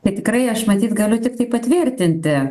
bet tikrai aš matyt galiu tik tai patvirtinti